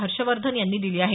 हर्षवर्धन यांनी दिली आहे